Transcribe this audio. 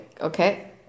Okay